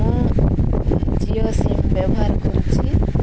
ମୁଁ ଜିଓ ସିମ୍ ବ୍ୟବହାର କରୁଛି